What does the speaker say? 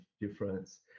difference